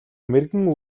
мэргэн